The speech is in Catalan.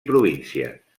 províncies